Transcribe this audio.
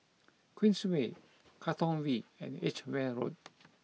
Queensway Katong V and Edgware Road